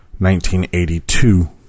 1982